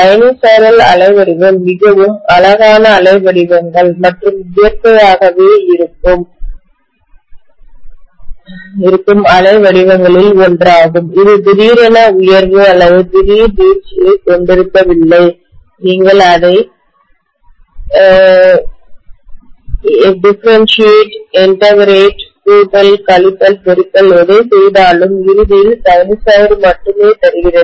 sinusoidal அலைவடிவம் மிகவும் அழகான அலைவடிவங்கள் மற்றும் இயற்கையாகவே இருக்கும் அலைவடிவங்களில் ஒன்றாகும் இது திடீரென உயர்வு அல்லது திடீர் வீழ்ச்சியைக் கொண்டிருக்கவில்லை நீங்கள் அதை டிஃபரண்ட்ஷீயேட் இன்டகிரேட் கூட்டல் கழித்தல் பெருக்கல் எதை செய்தாலும் இறுதியில் சைனூசாய்டு மட்டுமே தருகிறது